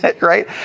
right